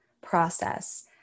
process